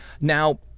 Now